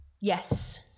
Yes